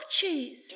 cheese